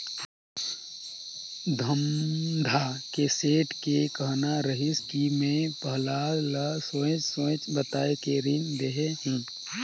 धमधा के सेठ के कहना रहिस कि मैं पहलाद ल सोएझ सोएझ बताये के रीन देहे हो